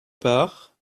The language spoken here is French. part